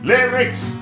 Lyrics